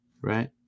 Right